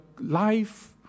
life